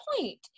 point